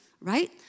Right